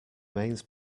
mains